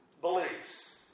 beliefs